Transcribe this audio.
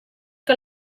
que